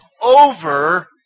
over